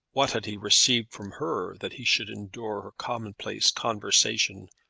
what had he received from her that he should endure her commonplace conversation,